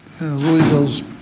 Louisville's